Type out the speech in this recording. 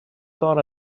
thought